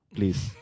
Please